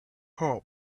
home